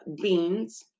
beans